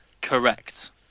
correct